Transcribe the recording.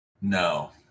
No